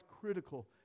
critical